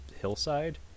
hillside